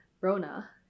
Rona